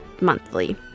monthly